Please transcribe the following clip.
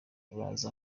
urazi